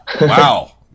Wow